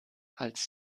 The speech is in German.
als